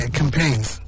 campaigns